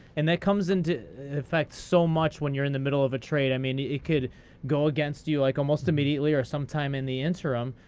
and that comes into effect so much when you're in the middle of a trade. i mean it could go against you like almost immediately or sometime in the interim,